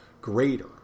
greater